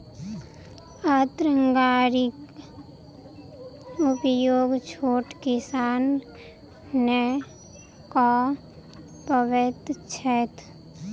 अन्न गाड़ीक उपयोग छोट किसान नै कअ पबैत छैथ